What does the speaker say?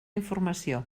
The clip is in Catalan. informació